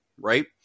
right